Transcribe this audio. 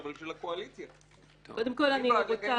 והיינו צריכים